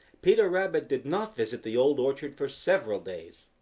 peter rabbit did not visit the old orchard for several days.